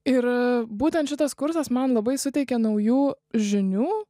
ir būtent šitas kursas man labai suteikė naujų žinių